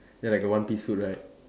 ya like a one piece suit right